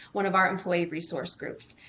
one of our employee resource groups.